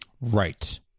right